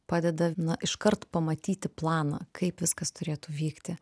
padeda na iškart pamatyti planą kaip viskas turėtų vykti